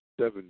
seven